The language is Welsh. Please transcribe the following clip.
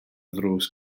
ddrws